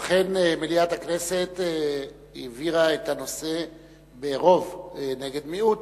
אכן, מליאת הכנסת העבירה את הנושא ברוב נגד מיעוט